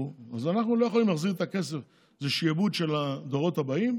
אז אנחנו לא יכולים להחזיר את הכסף כי זה שעבוד של הדורות הבאים,